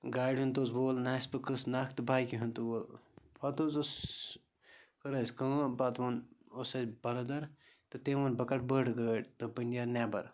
گاڑِ ہُنٛد تہٕ حظ وںول نٮ۪سفہٕ قٕسہٕ نَکھ تہٕ بایکہِ ہُنٛد تہٕ وول پَتہٕ حظ اوس کٔر اَسہِ کٲم پَتہٕ ووٚن اوس اَسہِ بَرادَر تہٕ تٔمۍ ووٚن بہٕ کَڑٕ بٔڑ گٲڑۍ تہٕ بہٕ نیرٕ نٮ۪بَر